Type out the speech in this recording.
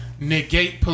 negate